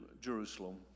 Jerusalem